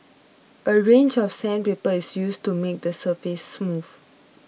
a range of sandpaper is used to make the surface smooth